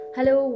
Hello